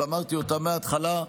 ואמרתי אותה מההתחלה,